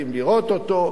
חייבים לראות אותו,